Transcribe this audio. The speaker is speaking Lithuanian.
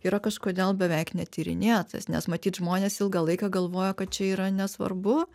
yra kažkodėl beveik netyrinėtas nes matyt žmonės ilgą laiką galvojo kad čia yra nesvarbu